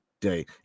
day